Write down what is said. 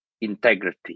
integrity